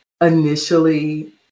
initially